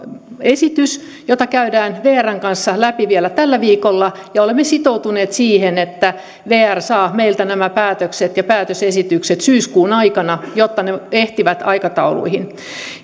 esitys jota käydään vrn kanssa läpi vielä tällä viikolla ja olemme sitoutuneet siihen että vr saa meiltä nämä päätökset ja päätösesitykset syyskuun aikana jotta ne ehtivät aikatauluihin